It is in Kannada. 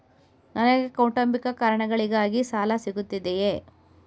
ನನಗೆ ಕೌಟುಂಬಿಕ ಕಾರಣಗಳಿಗಾಗಿ ಸಾಲ ಸಿಗುತ್ತದೆಯೇ?